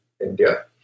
India